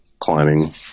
climbing